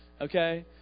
Okay